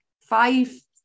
five